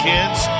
Kids